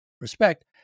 respect